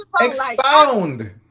Expound